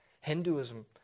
Hinduism